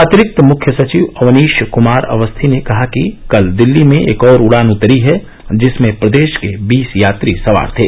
अतिरिक्त मुख्य सचिव अवनीश क्मार अवस्थी ने कहा कि कल दिल्ली में एक और उड़ान उतरी है जिसमें प्रदेश के बीस यात्री सवार थे